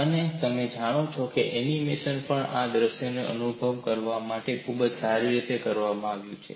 અને તમે જાણો છો કે એનિમેશન પણ આ દ્રશ્ય અનુભવ આપવા માટે ખૂબ જ સારી રીતે કરવામાં આવ્યું છે